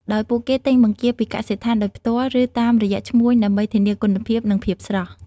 ដោយពួកគេទិញបង្គាពីកសិដ្ឋានដោយផ្ទាល់ ឬតាមរយៈឈ្មួញ ដើម្បីធានាគុណភាព និងភាពស្រស់។